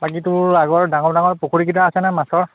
বাকী তোৰ আগৰ ডাঙৰ ডাঙৰ পুখুৰীকেইটা আছেনে মাছৰ